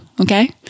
okay